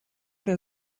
der